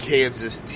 Kansas